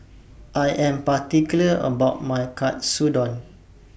I Am particular about My Katsudon